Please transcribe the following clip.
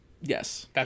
Yes